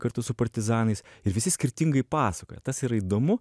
kartu su partizanais ir visi skirtingai pasakoja tas ir įdomu